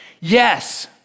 Yes